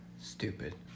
Stupid